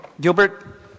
Gilbert